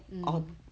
mm